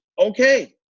okay